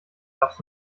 darfst